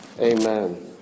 Amen